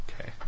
Okay